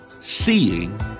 Seeing